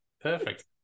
perfect